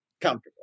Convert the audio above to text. comfortable